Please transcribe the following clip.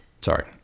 Sorry